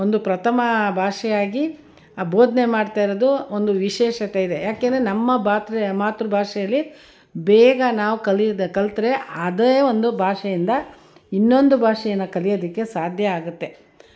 ಒಂದು ಪ್ರಥಮ ಭಾಷೆಯಾಗಿ ಆ ಬೋಧನೆ ಮಾಡ್ತಾ ಇರೋದು ಒಂದು ವಿಶೇಷತೆ ಇದೆ ಯಾಕೆಂದರೆ ನಮ್ಮ ಭ್ರಾತೃ ಮಾತೃ ಭಾಷೆಲಿ ಬೇಗ ನಾವು ಕಲಿದು ಕಲಿತ್ರೆ ಅದೇ ಒಂದು ಭಾಷೆಯಿಂದ ಇನ್ನೊಂದು ಭಾಷೆನ ಕಲಿಯೋದಕ್ಕೆ ಸಾಧ್ಯ ಆಗುತ್ತೆ